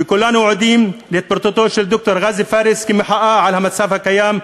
וכולנו עדים להתפטרותו של ד"ר גאזי פארס כמחאה על המצב הקיים.